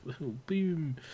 Boom